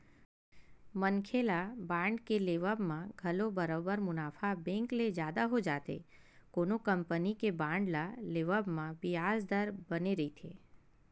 मनखे ल बांड के लेवब म घलो बरोबर मुनाफा बेंक ले जादा हो जाथे कोनो कंपनी के बांड ल लेवब म बियाज दर बने रहिथे